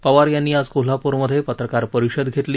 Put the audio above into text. पवार यांनी आज कोल्हाप्रमध्ये पत्रकार परिषद घेतली